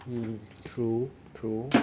hmm true true